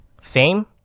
Fame